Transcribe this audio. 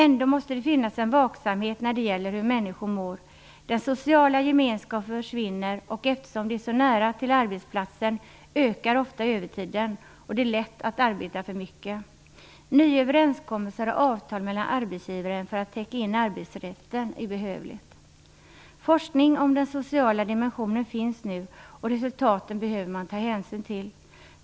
Ändå måste det finnas en vaksamhet när det gäller hur människor mår. Den sociala gemenskapen försvinner, och eftersom det är så nära till arbetsplatsen ökar ofta övertiden. Det är lätt att arbeta för mycket. Nya överenskommelser och avtal mellan arbetsgivaren är behövligt för att täcka in arbetsrätten. Forskning om den sociala dimensionen finns nu, och de resultaten behöver man ta hänsyn till.